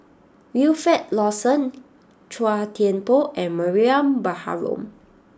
Wilfed Lawson Chua Thian Poh and Mariam Baharom